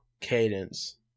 cadence